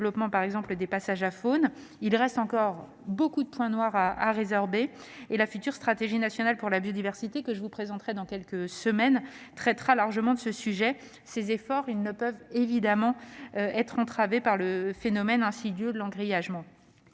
développement des passages à faune, mais il reste nombre de points noirs à résorber. La future stratégie nationale pour la biodiversité, que je vous présenterai dans quelques semaines, traitera largement de ce sujet. Ces efforts ne sauraient être entravés par le phénomène insidieux de l'engrillagement.